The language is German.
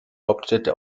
hauptstädte